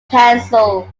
canceled